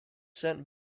sent